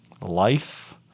life